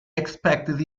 expected